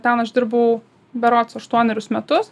ten aš dirbau berods aštuonerius metus